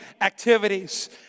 activities